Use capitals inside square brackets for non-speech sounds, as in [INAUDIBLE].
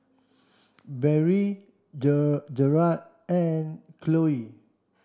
Barrie [UNINTELLIGIBLE] Jared and Khloe